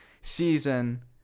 season